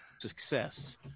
Success